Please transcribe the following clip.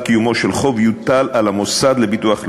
קיומו של חוב יוטל על המוסד לביטוח לאומי.